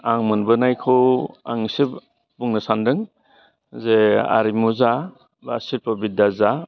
आं मोनबोनायखौ आं इसे बुंनो सान्दों जे आरिमु जा बा शिल्प' बिधा जा